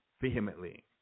vehemently